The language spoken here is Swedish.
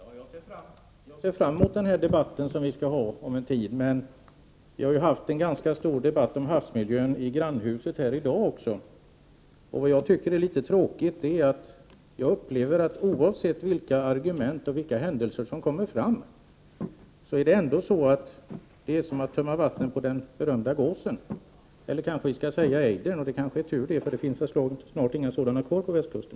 Herr talman! Jag ser fram emot den debatt som vi skall föra om en tid. I grannhuset har vi i dag haft en ganska stor debatt om havsmiljön. Det är litet tråkigt att uppleva att oavsett vilka argument som kommer och vilka händelser som inträffar blir effekten densamma som att tömma vatten på den berömda gåsen, eller kanske vi skall säga ejdern. Det är väl tur att vi kan säga det ännu, för det finns snart inga ejdrar kvar på västkusten.